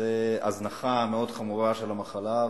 זו הזנחה מאוד חמורה של המחלה,